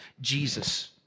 Jesus